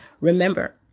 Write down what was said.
remember